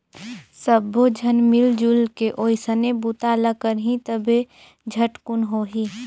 सब्बो झन मिलजुल के ओइसने बूता ल करही तभे झटकुन होही